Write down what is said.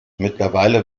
mittlerweile